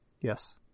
Yes